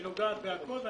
שנוגעת בכול,